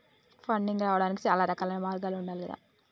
funding రావడానికి చాలా రకాలైన మార్గాలు ఉండాలి గదా